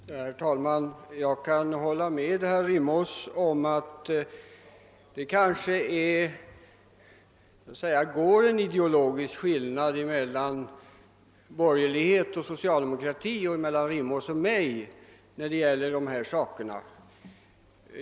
Herr talman! Jag kan hålla med herr Rimås om att det är en ideologisk skillnad mellan borgerlighet och socialdemokrati och mellan herr Rimås och mig i fråga om dessa saker.